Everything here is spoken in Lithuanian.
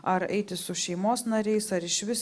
ar eiti su šeimos nariais ar išvis